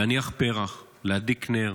להניח פרח, להדליק נר,